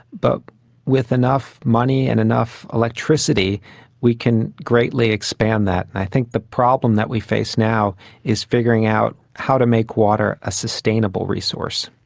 but with enough money and enough electricity we can greatly expand that. i think the problem that we face now is figuring out how to make water a sustainable resource.